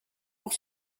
pour